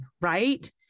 right